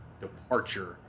departure